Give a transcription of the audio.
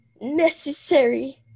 necessary